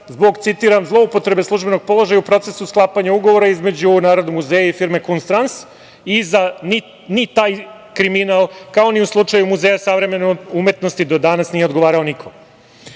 zbog „zloupotrebe službenog položaja“ u procesu sklapanja ugovora između Narodnog muzeja i firme „Kuns Trans“ i za taj kriminal, kao ni u slučaju Muzeja savremene umetnosti, do danas nije odgovarao niko. Sada